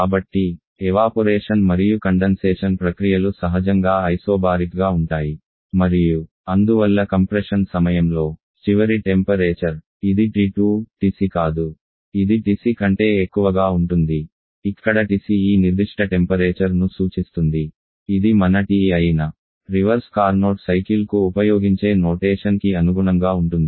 కాబట్టి ఎవాపొరేషన్ మరియు సంగ్రహణ ప్రక్రియలు సహజంగా ఐసోబారిక్గా ఉంటాయి మరియు అందువల్ల కంప్రెషన్ సమయంలో చివరి టెంపరేచర్ ఈ T2 TC కాదు ఇది TC కంటే ఎక్కువగా ఉంటుంది ఇక్కడ TC ఈ నిర్దిష్ట టెంపరేచర్ ను సూచిస్తుంది ఇది మన TE అయిన రివర్స్ కార్నోట్ సైకిల్కు ఉపయోగించే సంజ్ఞామానానికి అనుగుణంగా ఉంటుంది